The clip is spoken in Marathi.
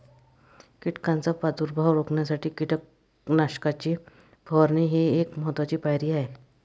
कीटकांचा प्रादुर्भाव रोखण्यासाठी कीटकनाशकांची फवारणी ही एक महत्त्वाची पायरी आहे